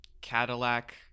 Cadillac